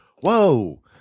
Whoa